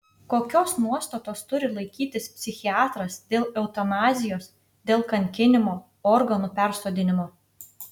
kokios nuostatos turi laikytis psichiatras dėl eutanazijos dėl kankinimo organų persodinimo